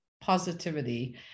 positivity